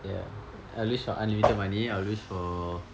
ya I'll wish for unlimited money I'll wish for